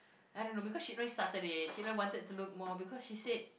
I don't know because Cik Noy started it Cik Noy wanted to look more because she said